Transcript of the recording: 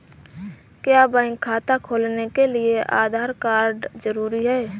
क्या बैंक खाता खोलने के लिए आधार कार्ड जरूरी है?